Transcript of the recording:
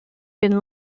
been